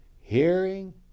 hearing